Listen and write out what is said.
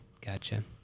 Gotcha